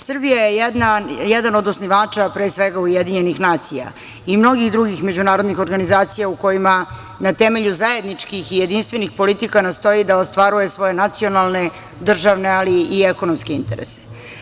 Srbija je jedan od osnivača pre svega UN i mnogih drugih međunarodnih organizacija u kojima na temelju zajedničkih i jedinstvenih politika nastoji da ostvaruje svoje nacionalne državne, ali i ekonomske interese.